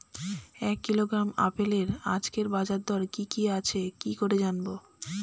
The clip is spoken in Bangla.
এক কিলোগ্রাম আপেলের আজকের বাজার দর কি কি আছে কি করে জানবো?